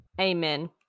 amen